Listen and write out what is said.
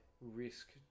risk